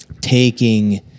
taking